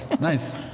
Nice